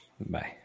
Bye